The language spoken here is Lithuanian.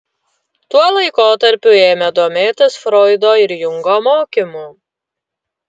tuo laikotarpiu ėmė domėtis froido ir jungo mokymu